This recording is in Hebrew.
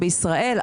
ב-2014,